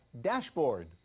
Dashboard